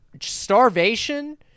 starvation